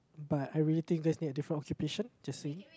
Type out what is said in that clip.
but I really think just need a different occupation just saying